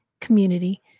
community